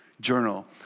Journal